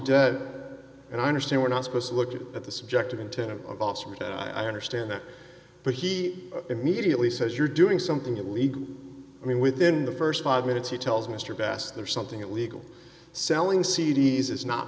dead and i understand we're not supposed to look at the subjective intent of a boxer i understand that but he immediately says you're doing something illegal i mean within the st five minutes he tells mr bass there's something that legal selling c d s is not